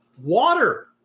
water